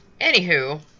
Anywho